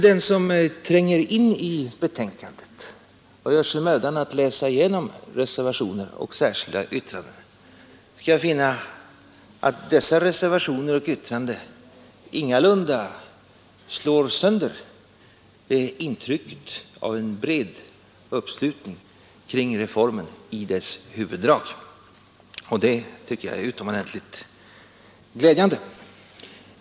Den som tränger in i betänkandet och gör sig mödan att läsa igenom reservationerna och de särskilda yttrandena skall emellertid snabbt bli lugnad. Han finner att dessa reservationer och särskilda yttranden ingalunda slår sönder intrycket av en bred uppslutning kring reformen i dess huvuddrag. Det tycker jag är utomordentligt glädjande.